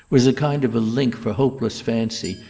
was a kind of link for hopeless fancy,